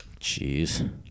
jeez